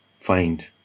find